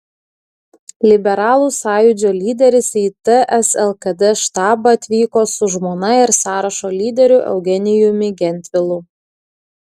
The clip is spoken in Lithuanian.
liberalų sąjūdžio lyderis į ts lkd štabą atvyko su žmona ir sąrašo lyderiu eugenijumi gentvilu